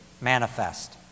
manifest